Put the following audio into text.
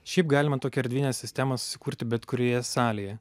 šiaip galima tokią erdvinę sistemą susikurti bet kurioje salėje